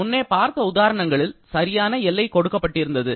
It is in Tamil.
முன்னே பார்த்த உதாரணங்களில் சரியான எல்லை கொடுக்கப்பட்டிருந்தது